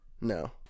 No